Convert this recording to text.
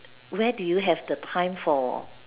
where do you have the time for